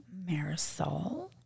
Marisol